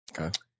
Okay